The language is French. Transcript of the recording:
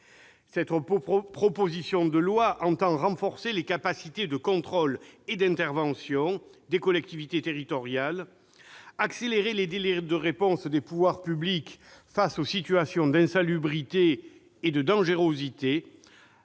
Cette proposition de loi vise à renforcer les capacités de contrôle et d'intervention des collectivités territoriales, à accélérer les délais de réponse des pouvoirs publics face aux situations d'insalubrité et de dangerosité